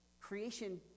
creation